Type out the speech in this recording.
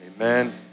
Amen